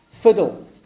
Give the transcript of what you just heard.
fiddle